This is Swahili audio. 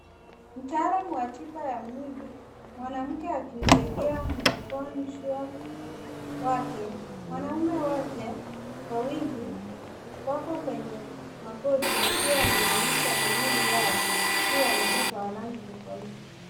Mtaalamu wa tiba ya mwili. Mwanamke akimsaidia mgonjwa wake, wanaume wote wawili wako kwenye magoti wakiwa wameinamisha miili yao juu ya mkeka wa rangi tofauti.